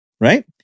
right